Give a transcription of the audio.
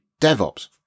DevOps